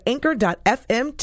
Anchor.fm